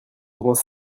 grands